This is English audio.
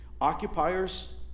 Occupiers